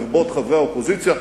לרבות חברי האופוזיציה,